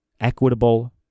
equitable